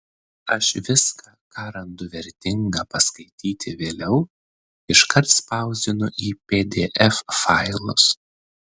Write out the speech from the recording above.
aš viską ką randu vertinga paskaityti vėliau iškart spausdinu į pdf failus